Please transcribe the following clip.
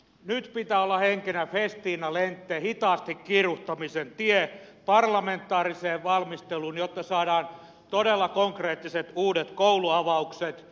nyt pitää olla henkenä festina lente hitaasti kiiruhtamisen tie parlamentaariseen valmisteluun jotta saadaan todella konkreettiset uudet kouluavaukset